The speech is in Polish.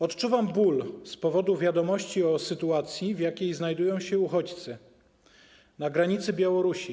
Odczuwam ból z powodu wiadomości o sytuacjach, w jakich znajdują się uchodźcy na granicy Białorusi.